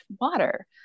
water